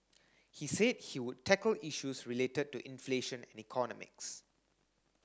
he said he would tackle issues related to inflation and economics